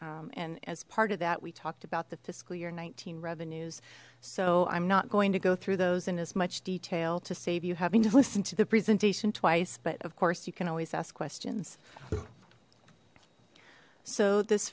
forecast and as part of that we talked about the fiscal year nineteen revenues so i'm not going to go through those in as much detail to save you having to listen to the presentation twice but of course you can always ask questions so this